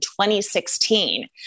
2016